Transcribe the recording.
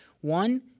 One